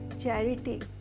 charity